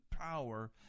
power